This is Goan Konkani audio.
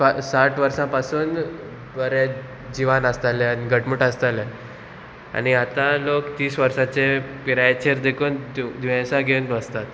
साठ वर्सां पासून बरें जिवान आसताले आनी घटमूट आसताले आनी आतां लोक तीस वर्साचे पिरायेचेर देखून दुयेंसा घेवन बसतात